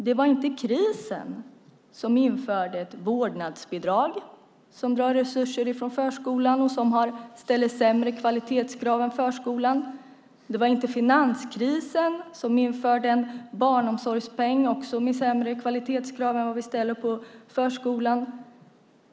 Det var inte krisen som införde ett vårdnadsbidrag, som drar resurser från förskolan och som medför lägre kvalitetskrav på förskolan. Det var inte finanskrisen som införde en barnomsorgspeng med lägre kvalitetskrav än vad vi ställer på förskolan.